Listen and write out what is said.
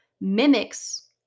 mimics